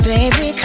Baby